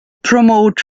promote